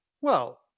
well-